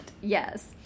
Yes